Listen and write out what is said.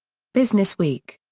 businessweek.